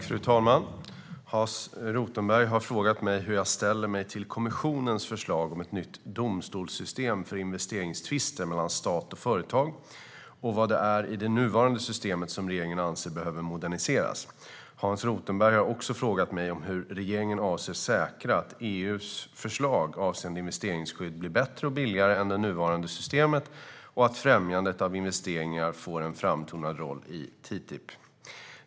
Fru talman! Hans Rothenberg har frågat mig hur jag ställer mig till kommissionens förslag om ett nytt domstolssystem för investeringstvister mellan stat och företag och vad det är i det nuvarande systemet som regeringen anser behöver moderniseras. Hans Rothenberg har också frågat mig hur regeringen avser att säkra att EU:s förslag avseende investeringsskydd blir bättre och billigare än det nuvarande systemet och att främjandet av investeringar får en framtonad roll i TTIP.